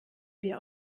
wir